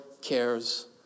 cares